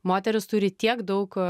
moteris turi tiek daug